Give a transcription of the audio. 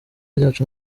ryacu